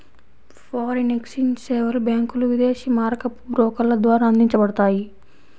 foreign exchange సేవలు బ్యాంకులు, విదేశీ మారకపు బ్రోకర్ల ద్వారా అందించబడతాయి